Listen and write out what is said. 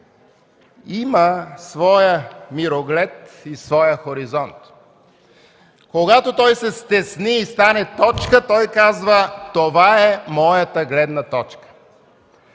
има своя мироглед и своя хоризонт. Когато той се стесни и стане точка, той казва: „Това е моята гледна точка”.